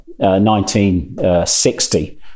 1960